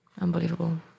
unbelievable